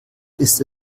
ist